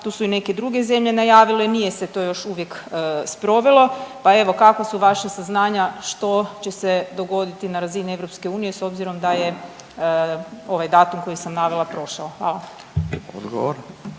tu su i neke druge zemlje najavile, nije se to još uvijek sprovelo pa evo, kakva su vaša saznanja, što će se dogoditi na razini EU s obzirom da je ovaj datum koji sam navela prošao? Hvala.